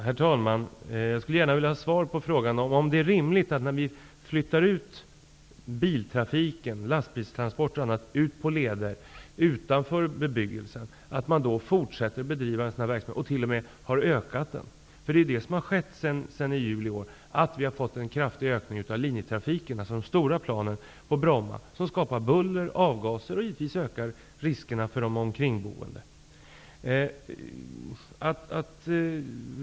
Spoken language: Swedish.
Herr talman! Jag skulle gärna vilja ha svar på frågan om det är rimligt att man, när vi flyttar ut biltrafiken, lastbilstransporter och annat, till leder utanför bebyggelsen, fortsätter att bedriva en sådan här verksamhet och t.o.m. har ökat den? Vad som har skett sedan i juli i år är ju att vi har fått en kraftig ökning av linjetrafiken, av de stora planen på Bromma, som skapar buller och avgaser och givetvis ökar riskerna för de kringboende.